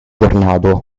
tornato